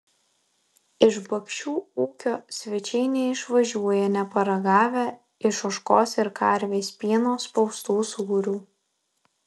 iš bakšių ūkio svečiai neišvažiuoja neparagavę iš ožkos ir karvės pieno spaustų sūrių